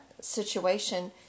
situation